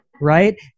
right